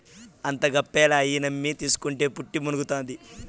అంతా గప్పాలే, అయ్యి నమ్మి తీస్కుంటే పుట్టి మునుగుతాది